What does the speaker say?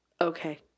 okay